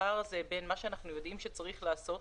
הפער הזה בין מה שאנחנו יודעים שצריך לעשות,